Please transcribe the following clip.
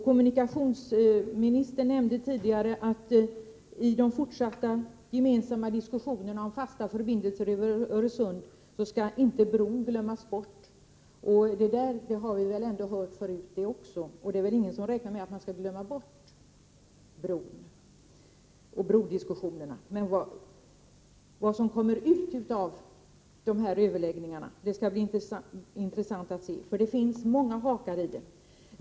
Kommunikationsministern nämnde att i de fortsatta gemensamma diskussionerna om fasta förbindelser över Öresund skall inte bron glömmas bort. Det har vi också hört förut. Det är väl ingen som tror att man skulle glömma bort brodiskussionen. Det skall bli intressant att se vad överläggningarna leder fram till. Det finns många hakar i frågan.